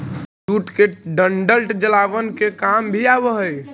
jute के डंठल जलावन के काम भी आवऽ हइ